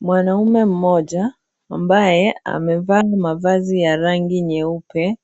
Mwanaume mmoja , ambaye amevaa mavazi ya rangi nyeupe,